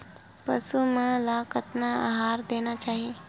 पशु मन ला कतना आहार देना चाही?